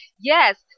Yes